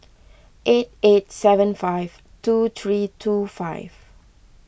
eight eight seven five two three two five